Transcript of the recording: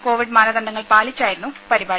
Covid മാനദണ്ഡങ്ങൾ പാലിച്ചായിരുന്നു പരിപാടി